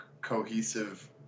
cohesive